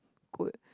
good